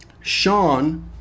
Sean